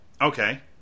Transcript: Okay